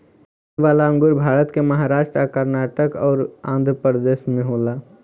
इ वाला अंगूर भारत के महाराष्ट् आ कर्नाटक अउर आँध्रप्रदेश में होला